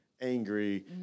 angry